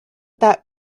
that